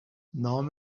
نام